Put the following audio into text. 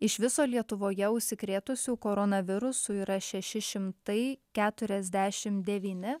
iš viso lietuvoje užsikrėtusių koronavirusu yra šeši šimtai keturiasdešimt devyni